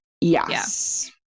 Yes